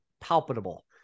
palpable